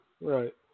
Right